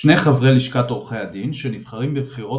שני חברי לשכת עורכי הדין שנבחרים בבחירות